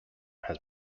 has